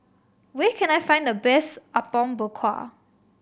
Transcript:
where can I find the best Apom Berkuah